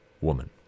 woman